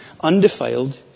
undefiled